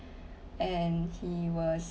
and he was